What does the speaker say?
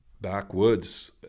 backwoods